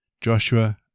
Joshua